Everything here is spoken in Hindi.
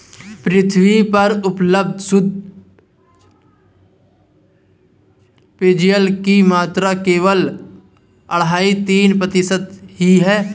पृथ्वी पर उपलब्ध शुद्ध पेजयल की मात्रा केवल अढ़ाई तीन प्रतिशत ही है